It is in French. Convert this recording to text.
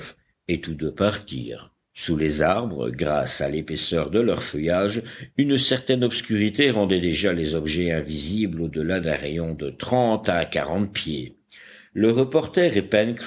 et tous deux partirent sous les arbres grâce à l'épaisseur de leur feuillage une certaine obscurité rendait déjà les objets invisibles au delà d'un rayon de trente à quarante pieds le reporter